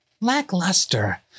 Lackluster